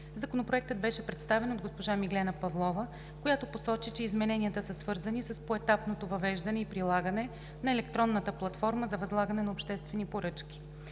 Законопроектът беше представен от госпожа Миглена Павлова, която посочи, че измененията са свързани с поетапното въвеждане и прилагане на електронна платформа за възлагане на обществени поръчки.